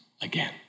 again